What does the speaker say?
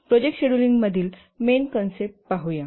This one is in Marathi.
प्रोजेक्ट शेड्यूलिंग मधील मेन कन्सेप्ट पाहूया